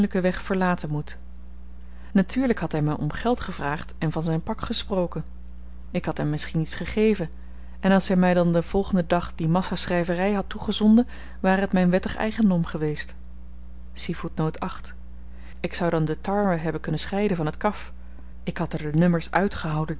weg verlaten moet natuurlyk had hy my om geld gevraagd en van zyn pak gesproken ik had hem misschien iets gegeven en als hy my dan den volgenden dag die massa schryvery had toegezonden ware het myn wettig eigendom geweest ik zou dan de tarwe hebben kunnen scheiden van het kaf ik had er de nummers uitgehouden